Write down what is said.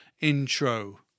intro